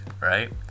right